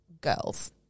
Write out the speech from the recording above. girls